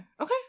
Okay